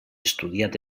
estudiat